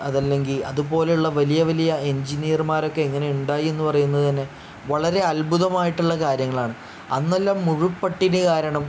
അത് അല്ലെങ്കിൽ അതുപോലെയുള്ള വലിയ വലിയ എൻജിനീർമാരൊക്കെ എങ്ങനെ ഉണ്ടായി എന്ന് പറയുന്നത് തന്നെ വളരെ അത്ഭുതമായിട്ടുള്ള കാര്യങ്ങളാണ് അന്നെല്ലാം മുഴുപട്ടിണി കാരണം